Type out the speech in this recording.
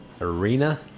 Arena